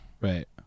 Right